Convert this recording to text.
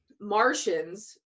Martians